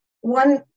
one